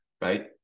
Right